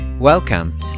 Welcome